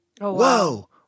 whoa